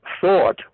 thought